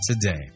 today